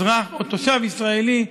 אזרח או תושב ישראלי,